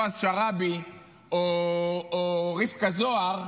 ששרים בועז שרעבי או רבקה זוהר: